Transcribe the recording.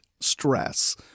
stress